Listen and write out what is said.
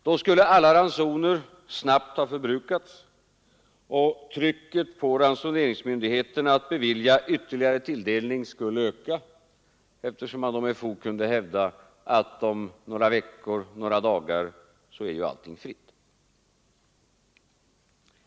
Då skulle alla ransoner snabbt ha förbrukats, och trycket på ransoneringsmyndigheterna att bevilja ytterligare tilldelning skulle öka, eftersom man med fog kunde hävda att om några dagar eller veckor skulle bensinen vara fri.